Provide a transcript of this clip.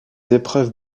épreuves